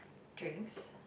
drinks